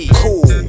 cool